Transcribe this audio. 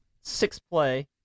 six-play